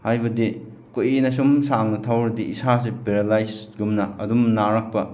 ꯍꯥꯏꯕꯗꯤ ꯀꯨꯏꯅ ꯁꯨꯝ ꯁꯥꯡꯅ ꯊꯧꯔꯗꯤ ꯏꯁꯥꯁꯦ ꯄꯦꯔꯥꯂꯥꯏꯖꯒꯨꯝꯅ ꯑꯗꯨꯝ ꯅꯥꯔꯛꯄ